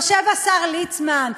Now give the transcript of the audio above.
יושב השר ליצמן,